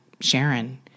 Sharon